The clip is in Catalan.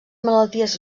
malalties